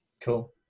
Cool